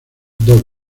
dos